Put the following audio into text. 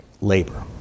labor